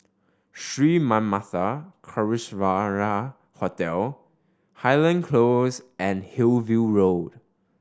Sri Manmatha Karuneshvarar Hotel Highland Close and Hillview Road